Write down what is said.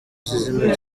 izina